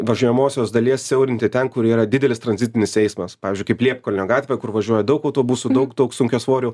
važiuojamosios dalies siaurinti ten kur yra didelis tranzitinis eismas pavyzdžiui kaip liepkalnio gatvė kur važiuoja daug autobusų daug daug sunkiasvorių